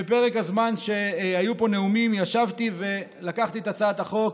בפרק הזמן שהיו פה נאומים ישבתי ולקחתי את הצעת החוק